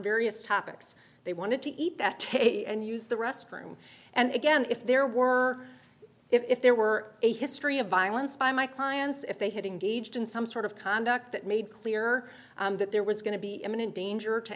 various topics they wanted to eat that tape and use the restroom and again if there were if there were a history of violence by my clients if they had engaged in some sort of conduct that made clear that there was going to be imminent danger to